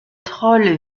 troll